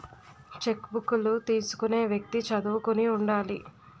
చెక్కుబుక్కులు తీసుకునే వ్యక్తి చదువుకుని ఉండాలి